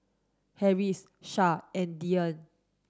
Harris Shah and Dian